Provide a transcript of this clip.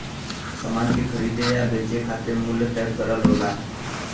समान के खरीदे या बेचे खातिर मूल्य तय करना होला